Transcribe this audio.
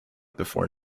before